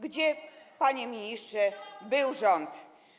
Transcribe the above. Gdzie, panie ministrze, był rząd?